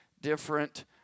different